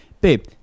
babe